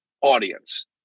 audience